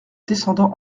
descendant